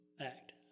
Act